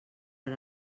per